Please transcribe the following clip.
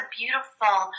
beautiful